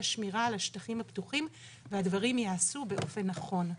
שמירה על השטחים הפתוחים והדברים ייעשו באופן נכון.